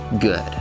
good